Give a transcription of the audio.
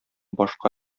башка